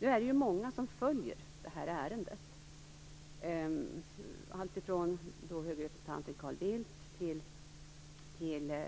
Nu är det många som följer ärendet, alltifrån höge representanten Carl Bildt till